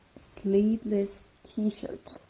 sleeveless t-shirt.